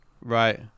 Right